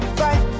fight